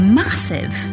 massive